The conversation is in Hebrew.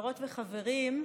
חברות וחברים,